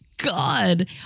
God